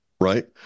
Right